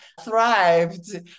thrived